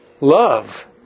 love